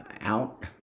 out